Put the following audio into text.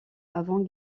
avant